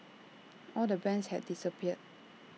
all the bands had disappeared